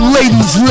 ladies